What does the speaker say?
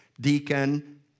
deacon